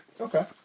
Okay